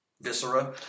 Viscera